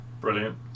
Brilliant